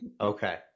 Okay